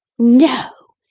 no!